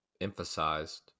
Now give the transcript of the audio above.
emphasized